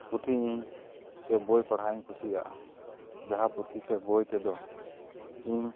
ᱯᱩᱛᱷᱤ ᱤᱧ ᱥᱮ ᱵᱳᱭ ᱯᱟᱲᱦᱟᱣᱤᱧ ᱠᱩᱥᱤᱭᱟᱜᱼᱟ ᱡᱟᱦᱟᱸ ᱯᱩᱛᱷᱤ ᱥᱮ ᱵᱳᱭ ᱛᱮᱫᱚ ᱤᱧ